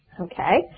Okay